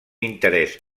interès